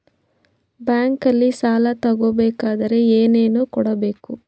ಬ್ಯಾಂಕಲ್ಲಿ ಸಾಲ ತಗೋ ಬೇಕಾದರೆ ಏನೇನು ಕೊಡಬೇಕು?